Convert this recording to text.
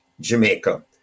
Jamaica